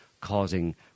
causing